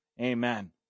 Amen